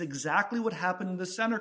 exactly what happened in the center